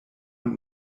und